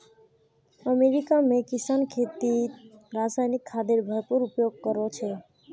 America में किसान खेतीत रासायनिक खादेर भरपूर उपयोग करो छे